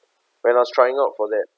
when I was trying out for that